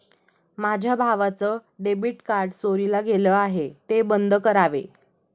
माझ्या भावाचं debit card चोरीला गेलं आहे, ते बंद करावे